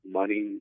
money